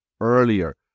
earlier